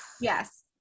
Yes